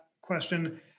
question